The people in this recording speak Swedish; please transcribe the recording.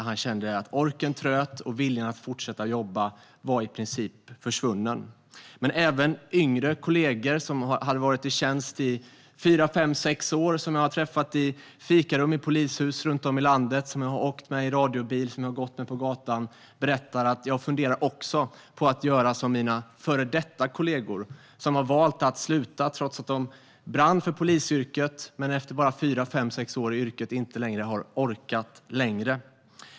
Han kände att orken tröt och att viljan att fortsätta jobba i princip var försvunnen. Även yngre kollegor som hade varit i tjänst i fyra, fem, sex år som jag träffat i fikarum i polishus runt om i landet, som jag åkt med i radiobil och som jag gått med på gatan berättar: Jag funderar också på att göra som mina före detta kollegor. De har valt att sluta trots att de brann för polisyrket. Men efter bara fyra, fem, sex år i yrket har de inte orkat längre.